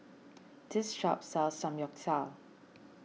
this shop sells Samgyeopsal